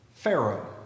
Pharaoh